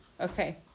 Okay